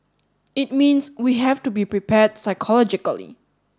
it means we have to be prepared psychologically